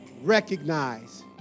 recognize